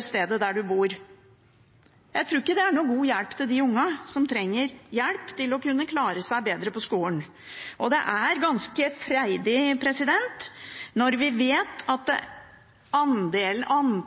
stedet der man bor. Jeg tror ikke det er noen god hjelp for de ungene som trenger hjelp til å kunne klare seg bedre på skolen. Jeg synes det er ganske freidig: Vi vet at andelen